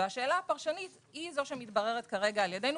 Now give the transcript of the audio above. והשאלה הפרשנית היא זו שמתבררת כרגע על ידינו.